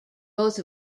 both